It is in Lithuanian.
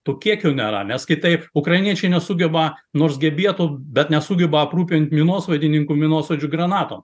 tų kiekių nėra nes kitaip ukrainiečiai nesugeba nors gebėtų bet nesugeba aprūpint minosvaidininkų minosvaidžių granatom